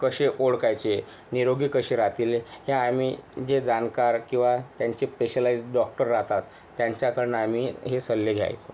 कसे ओळखायचे निरोगी कसे राहतील हे आम्ही जे जाणकार किंवा त्यांचे पेशलाईज डॉक्टर राहतात त्यांच्याकडून आम्ही हे सल्ले घ्यायचो